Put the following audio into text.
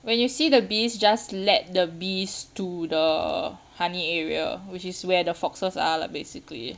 when you see the bees just let the bees to the honey area which is where the foxes are lah basically